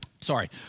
Sorry